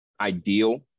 ideal